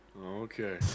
Okay